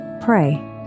pray